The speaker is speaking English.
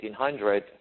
1800